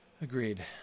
Agreed